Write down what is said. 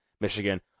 Michigan